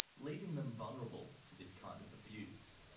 leaving them vulnerable to this kind of abuse.